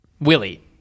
Willie